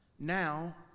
Now